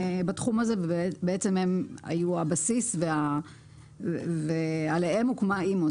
בתחום הזה ובעצם הם היו הבסיס ועליהם הוקמה אימ"ו.